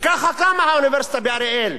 וככה קמה האוניברסיטה באריאל.